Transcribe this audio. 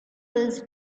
was